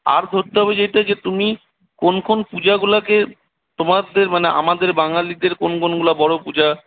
আর ধরতে হবে যেইটা যে তুমি কোন কোন পূজাগুলাকে তোমাদের মানে আমাদের বাঙালিদের কোন কোনগুলা বড়ো পূজা